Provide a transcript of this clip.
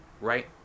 right